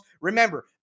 Remember